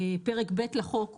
פרק ב' לחוק,